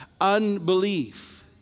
Unbelief